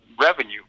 revenue